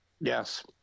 yes